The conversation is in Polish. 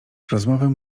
rozmowę